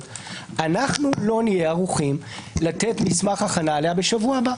אנחנו לא נהיה ערוכים לתת מסמך הכנה עליה בשבוע הבא.